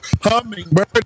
Hummingbird